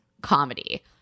comedy